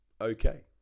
okay